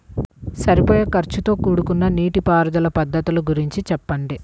సరిపోయే ఖర్చుతో కూడుకున్న నీటిపారుదల పద్ధతుల గురించి చెప్పండి?